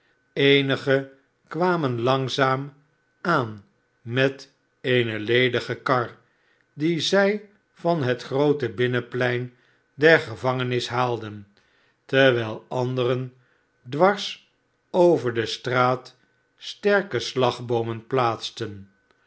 eenige kwamen langzaam aan met eene ledige kar die zij van het groote binnenplein der gevangenis haalden terwijl anderen dwars over de straat sterke slagboomen plaatsten